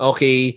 Okay